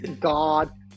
God